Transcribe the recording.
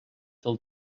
del